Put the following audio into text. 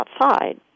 outside